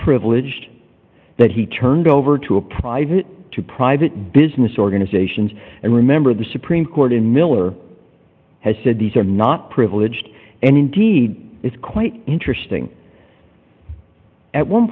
privileged that he turned over to a private to private business organizations and remember the supreme court in miller has said these are not privileged and indeed it's quite interesting at one